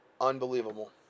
Unbelievable